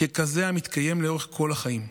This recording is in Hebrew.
ככזה המתקיים לאורך כל החיים,